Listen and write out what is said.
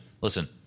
listen